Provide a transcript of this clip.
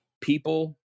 People